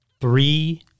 Three